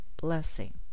blessing